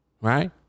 right